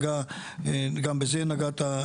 גם בזה נגעת,